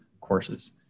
courses